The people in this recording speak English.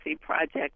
project